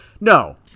No